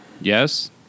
Yes